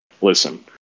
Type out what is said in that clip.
listen